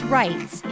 rights